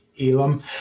Elam